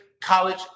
college